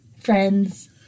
Friends